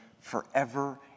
forever